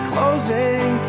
Closing